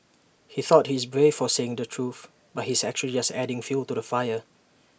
he thought he's brave for saying the truth but he's actually just adding fuel to the fire